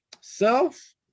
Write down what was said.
self